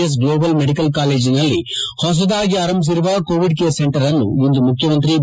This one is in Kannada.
ಎಸ್ ಗ್ಲೋಬಲ್ ಮೆಡಿಕಲ್ ಕಾಲೇಜಿನಲ್ಲಿ ಹೊಸದಾಗಿ ಅರಂಭಿಸಿರುವ ಕೋವಿಡ್ ಕೇರ್ ಸೆಂಟರ್ನ್ನು ಇಂದು ಮುಖ್ಯಮಂತ್ರಿ ಬಿ